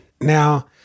Now